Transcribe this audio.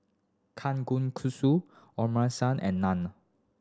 and Naan